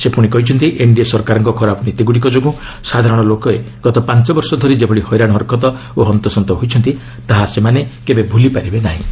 ସେ ପୁଣି କହିଛନ୍ତି ଏନ୍ଡିଏ ସରକାରଙ୍କ ଖରାପ ନିଷ୍ପଭିଗୁଡ଼ିକ ଯୋଗୁଁ ସାଧାରଣ ଲୋକ ଗତ ପାଞ୍ଚ ବର୍ଷ ଧରି ଯେଭଳି ହଇରାଣ ହରକତ ଓ ହନ୍ତଶନ୍ତ ହୋଇଛନ୍ତି ତାହା ସେମାନେ ଭୁଲି ପାରିବେ ନାହିଁ